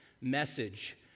message